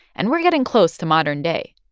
and we're getting close to modern day.